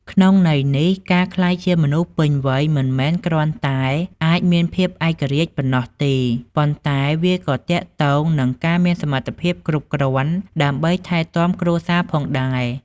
ក្នុងន័យនេះ ការក្លាយជាមនុស្សពេញវ័យមិនមែនគ្រាន់តែអាចមានភាពឯករាជ្យប៉ុណ្ណោះទេ ប៉ុន្តែវាក៏ទាក់ទងនឹងការមានសមត្ថភាពគ្រប់គ្រាន់ ដើម្បីថែទាំគ្រួសារផងដែរ។